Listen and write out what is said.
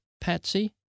Patsy